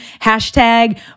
hashtag